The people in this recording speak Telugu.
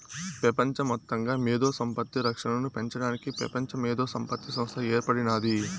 పెపంచ మొత్తంగా మేధో సంపత్తి రక్షనను పెంచడానికి పెపంచ మేధోసంపత్తి సంస్త ఏర్పడినాది